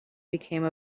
became